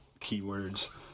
keywords